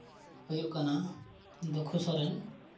ᱦᱩᱭᱩᱜ ᱠᱟᱱᱟ ᱫᱩᱠᱷᱩ ᱥᱚᱨᱮᱱ